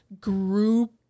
group